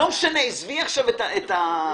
לא משנה, עזבי עכשיו את ההזדהות.